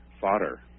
fodder